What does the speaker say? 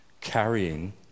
carrying